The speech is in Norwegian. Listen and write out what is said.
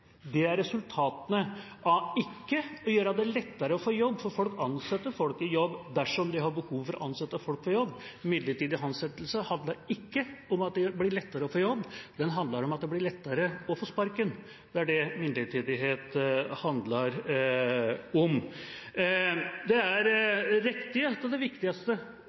Det er resultatet av ikke å gjøre det lettere å få jobb, for folk ansetter folk i jobb dersom de har behov for å ansette folk i jobb. Midlertidig ansettelse handler ikke om at det blir lettere å få jobb – det handler om at det blir lettere å få sparken. Det er det midlertidighet handler om. Det er riktig at den viktigste